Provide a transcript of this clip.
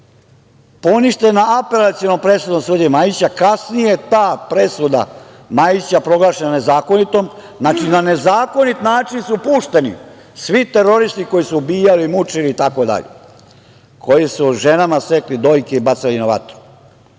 poništena apelacionom presudom sudije Majića. Kasnije je ta presuda Majića proglašena nezakonitom. Znači, na nezakonit način su pušteni svi teroristi koji su ubijali, mučili i tako dalje, koji su ženama sekli dojke i bacali na vatru.